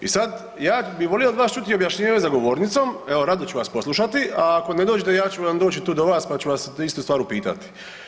I sada ja bih volio od vas čuti objašnjenje za govornicom, evo rado ću vas poslušati, a ako ne dođete ja ću doći tu do vas pa ću vas istu stvar upitati.